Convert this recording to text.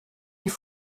die